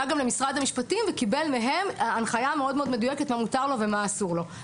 גם למשרד המשפטים וקיבל מהם הנחיה מדויקת מה מותר לו ומה אסור לו.